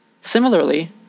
Similarly